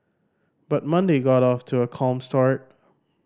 but Monday got off to a calm start